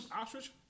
ostrich